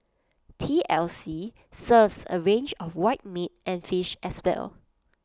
T L C serves A range of white meat and fish as well